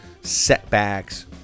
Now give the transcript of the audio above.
setbacks